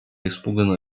испуганно